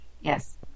Yes